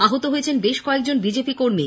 আহত হয়েছেন বেশ কয়েকজন বিজেপি কর্মী